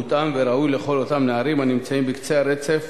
מותאם וראוי לכל אותם נערים הנמצאים בקצה הרצף,